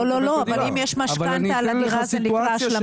לא, אבל אם יש משכנתא על הדירה זה נקרא השלמה?